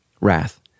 Wrath